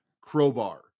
crowbar